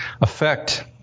affect